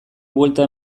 buelta